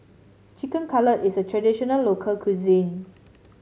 Chicken Cutlet is a traditional local cuisine